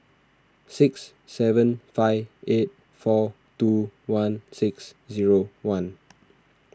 six seven five eight four two one six zero one